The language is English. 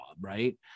right